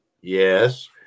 Yes